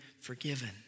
forgiven